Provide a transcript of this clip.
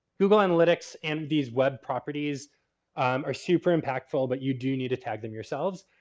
google analytics and these web properties are super impactful, but you do need to tag them yourselves.